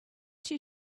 she